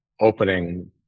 opening